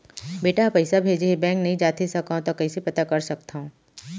बेटा ह पइसा भेजे हे बैंक नई जाथे सकंव त कइसे पता कर सकथव?